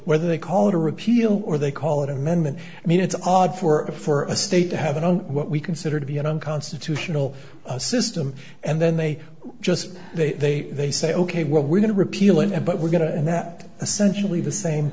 whether they call it a repeal or they call it amendment i mean it's odd for a state to have it on what we consider to be an unconstitutional system and then they just they they say ok well we're going to repeal it but we're going to and that essentially the same